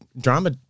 drama